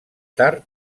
tard